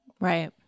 Right